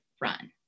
Run